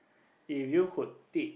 if you could teach